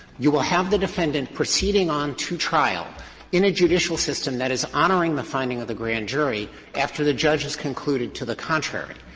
you will have the defendant proceeding on to trial in a judicial system that is honoring the finding of the grand jury after the judge has concluded to the contrary.